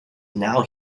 now